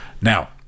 now